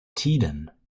tiden